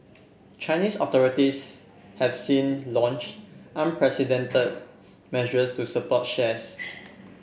Chinese authorities have since launch unprecedented measures to support shares